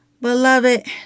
Beloved